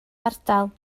ardal